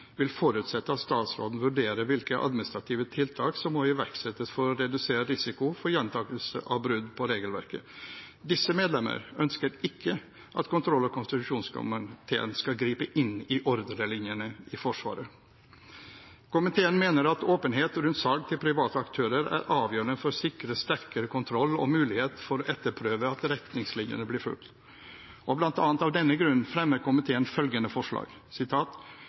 vil forutsette at statsråden vurderer hvilke administrative tiltak som må iverksettes for å redusere risiko for gjentakelse av brudd på regelverket. Disse medlemmer ønsker ikke at kontroll- og konstitusjonskomiteen skal gripe inn i ordrelinjene i Forsvaret. Komiteen mener at åpenhet rundt salg til private aktører er avgjørende for å sikre sterkere kontroll og mulighet til å etterprøve at retningslinjene blir fulgt, og bl.a. av denne grunn fremmer komiteen følgende forslag: